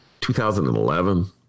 2011